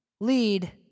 lead